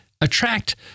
attract